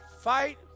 Fight